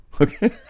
Okay